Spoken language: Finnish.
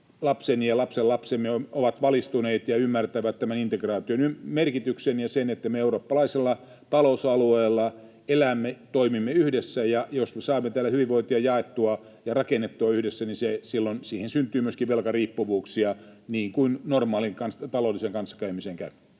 lapsemme ja lapsenlapsemme ovat valistuneita ja ymmärtävät tämän integraation merkityksen ja sen, että me eurooppalaisella talousalueella elämme, toimimme yhdessä. Ja jos me saamme täällä hyvinvointia jaettua ja rakennettua yhdessä, niin silloin siihen syntyy myöskin velkariippuvuuksia niin kuin normaalissa taloudellisessa kanssakäymisessä käy.